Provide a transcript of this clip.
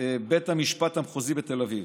בית המשפט המחוזי בתל אביב.